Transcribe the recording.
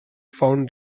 found